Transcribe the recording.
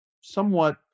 somewhat